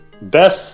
Best